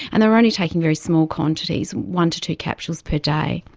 and they were only taking very small quantities, one to two capsules per day.